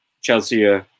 Chelsea